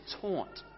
taunt